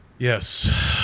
Yes